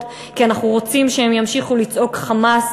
כי אנחנו רוצים שהם ימשיכו לצעוק חמס,